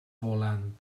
volant